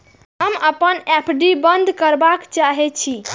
हम अपन एफ.डी बंद करबा के चाहे छी